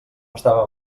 estava